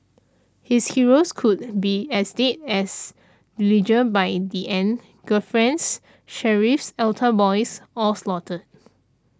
his heroes could be as dead as Dillinger by the end girlfriends sheriffs altar boys all slaughtered